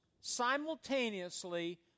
simultaneously